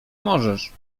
możesz